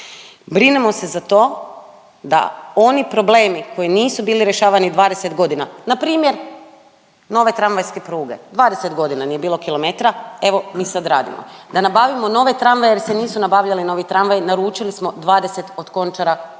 Brinemo se za to da oni problemi koji nisu bili rješavani 20 godina, npr. nove tramvajske pruge, 20 godina nije bilo kilometra, evo mi sad radimo. Da nabavimo nove tramvaje jer se nisu nabavljali novi tramvaji, naručili smo 20 od Končara, naravno